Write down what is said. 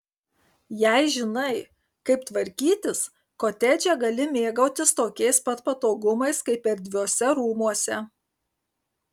jei žinai kaip tvarkytis kotedže gali mėgautis tokiais pat patogumais kaip erdviuose rūmuose